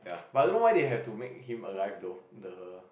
but I don't know why they had to make him arrive though the